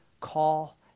call